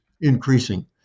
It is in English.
increasing